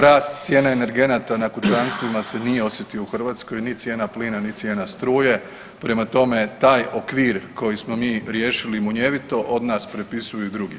Rast cijene energenata na kućanstvima se nije osjetio u Hrvatskoj, ni cijena plina, ni cijena struje, prema tome taj okvir koji smo riješili munjevito od nas prepisuju i drugi.